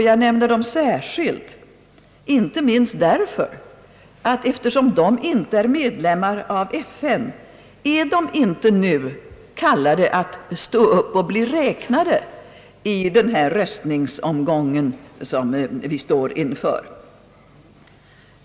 Jag nämner dem särskilt, inte minst därför att de, eftersom de inte är medlemmar av FN, inte är kallade att nu »stå upp och bli räknade» vid den röstningsomgång som vi står inför.